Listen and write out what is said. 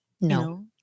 no